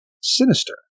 Sinister